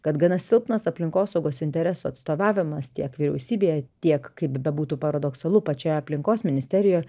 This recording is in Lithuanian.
kad gana silpnas aplinkosaugos interesų atstovavimas tiek vyriausybėje tiek kaip bebūtų paradoksalu pačioje aplinkos ministerijoje